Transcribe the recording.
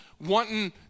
wanting